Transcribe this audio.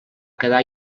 quedar